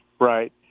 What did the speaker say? right